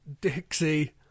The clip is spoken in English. Dixie